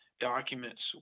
documents